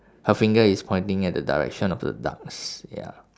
her finger is pointing at the direction of the ducks ya